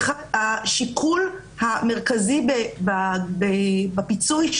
השיקול המרכזי בפיצוי,